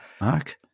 Mark